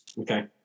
Okay